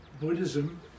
Buddhism